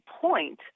point